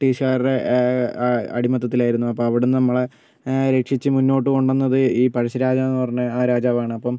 ബ്രിട്ടീഷുകാരുടെ അടിമത്വത്തിലായിരുന്നു അപ്പം അവിടുന്ന് നമ്മളെ രക്ഷിച്ച് മുന്നോട്ട് കൊണ്ടുവന്നത് ഈ പഴശ്ശിരാജ എന്നു പറഞ്ഞ ആ രാജാവാണ് അപ്പം